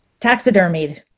Taxidermied